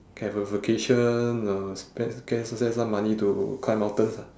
have a vacation uh spend g~ s~ spend some money to climb mountains ah